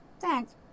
Thanks